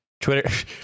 Twitter